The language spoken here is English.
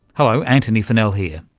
hello, antony funnell here.